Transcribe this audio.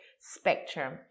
spectrum